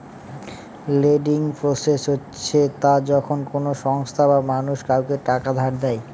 lending process হচ্ছে তা যখন কোনো সংস্থা বা মানুষ কাউকে টাকা ধার দেয়